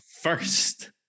First